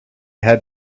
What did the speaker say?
had